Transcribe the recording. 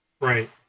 right